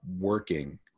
working